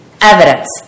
evidence